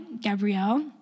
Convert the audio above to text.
Gabrielle